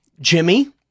Jimmy